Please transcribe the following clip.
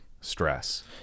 stress